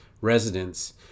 residents